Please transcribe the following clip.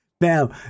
Now